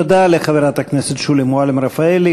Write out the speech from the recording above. תודה לחברת הכנסת שולי מועלם-רפאלי.